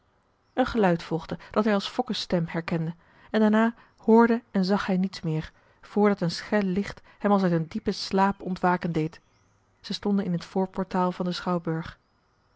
een geluid volgde dat hij als fokke's stem herkende en daarna hoorde en zag hij niets meer voordat een schel licht hem als uit een diepen slaap ontwaken deed zij stonden in het voorportaal van den schouwburg